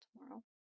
tomorrow